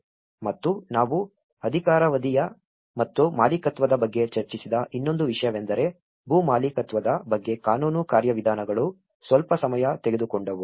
ಮತ್ತು ನಾವು ಅಧಿಕಾರಾವಧಿ ಮತ್ತು ಮಾಲೀಕತ್ವದ ಬಗ್ಗೆ ಚರ್ಚಿಸಿದ ಇನ್ನೊಂದು ವಿಷಯವೆಂದರೆ ಭೂ ಮಾಲೀಕತ್ವದ ಬಗ್ಗೆ ಕಾನೂನು ಕಾರ್ಯವಿಧಾನಗಳು ಸ್ವಲ್ಪ ಸಮಯ ತೆಗೆದುಕೊಂಡವು